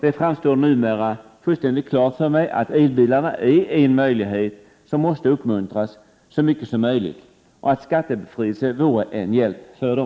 Det framstår numera som fullständigt klart för mig att elbilarna är en möjlighet som måste uppmuntras så mycket som möjligt och att skattebefrielse vore en hjälp för dem.